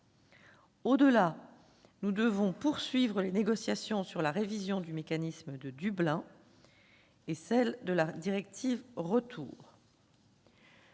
Au-delà, nous devons poursuivre les négociations sur la révision du mécanisme de Dublin et celle de la directive Retour.